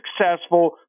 successful